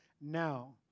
now